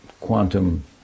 quantum